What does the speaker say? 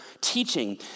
teaching